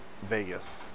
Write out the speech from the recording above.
Vegas